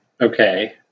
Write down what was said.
Okay